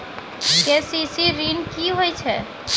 KCC ॠन की होय छै?